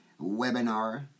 webinar